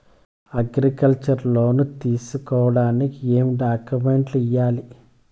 Agriculture loan తీసుకోడానికి ఏం డాక్యుమెంట్లు ఇయ్యాలి?